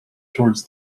towards